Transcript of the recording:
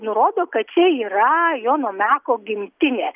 nurodo kad čia yra jono meko gimtinė